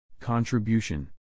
Contribution